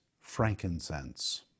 frankincense